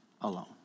alone